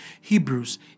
Hebrews